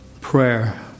prayer